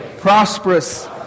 prosperous